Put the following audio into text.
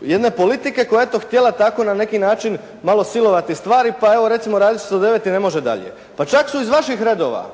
jedne politike koja je to htjela tako na neki način malo silovati stvari pa evo recimo radit će se do 9 i ne može dalje. Pa čak su iz vaših redova